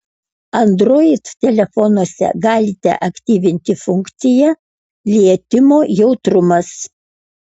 android telefonuose galite aktyvinti funkciją lietimo jautrumas